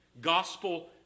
Gospel